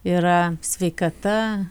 yra sveikata